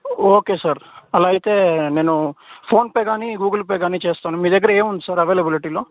okay sir అలా అయితే నేను ఫోన్పే కానీ గూగుల్ పే కానీ చేస్తాను మీ దగ్గర ఏముంది సార్ అవైలబులిటీలో